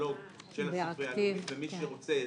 בקטלוג של הספרייה הלאומית ומי שרוצה עזרה,